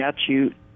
statute